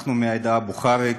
אנחנו, מהעדה הבוכרית,